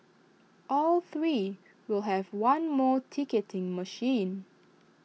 all three will have one more ticketing machine